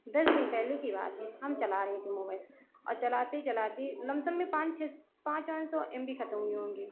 दस दिन पहले की बात है हम चला रहे थे मोबाइल और चलाते चलाते लमसम में पाँच छह पाँच ओन सौ एम बी खत्म हुई होंगी